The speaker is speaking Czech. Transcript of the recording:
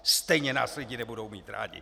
Stejně nás lidi nebudou mít rádi!